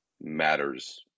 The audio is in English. matters